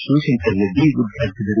ಶಿವಶಂಕರ್ ರೆಡ್ಡಿ ಉದ್ವಾಟಿಸಿದರು